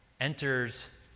enters